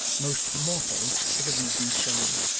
most mortally, for the reasons shown.